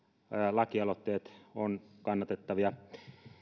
lakialoitteet ovat kannatettavia